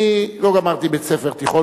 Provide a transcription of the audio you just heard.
אני לא גמרתי בית-ספר תיכון,